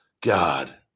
God